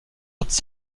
autres